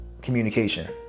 communication